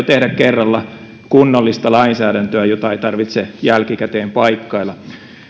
tehdä kerralla kunnollista lainsäädäntöä jota ei tarvitse jälkikäteen paikkailla